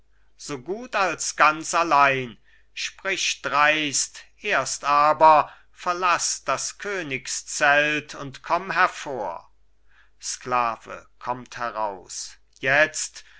so gut als ganz allein sprich dreist erst aber verlaß das königszelt und komm hervor sklave kommt heraus jetzt